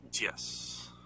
Yes